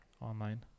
online